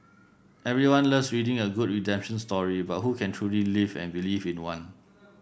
everyone loves reading a good redemption story but who can truly live and believe in one